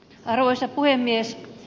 arvoisa puhemies